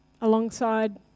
alongside